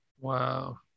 Wow